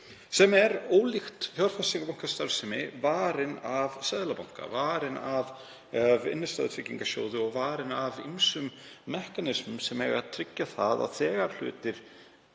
sem er, ólíkt fjárfestingarbankastarfsemi, varin af seðlabanka, varin af innstæðutryggingarsjóði og varin af ýmsum mekanismum sem eiga að tryggja að þegar hlutir